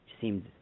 Seems